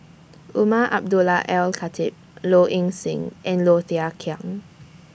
Umar Abdullah Al Khatib Low Ing Sing and Low Thia Khiang